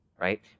right